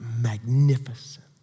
Magnificent